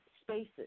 spaces